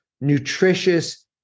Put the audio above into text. nutritious